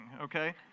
okay